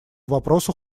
вопросу